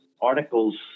articles